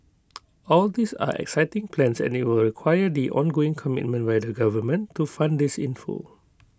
all these are exciting plans and IT will require the ongoing commitment by the government to fund this in full